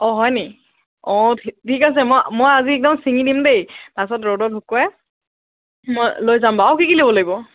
অ হয়নি অ' ঠিক আছে মই মই আজি একদম চিঙি দিম দেই পাছত ৰ'দত শুকুৱাই মই লৈ যাম বাৰু আৰু কি কি নিব লাগিব